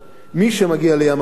מי שמגיע לים-המלח